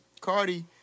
Cardi